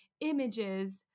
images